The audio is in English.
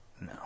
No